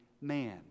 man